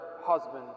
husband